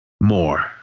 more